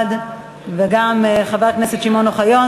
וגם חבר הכנסת שמעון אוחיון,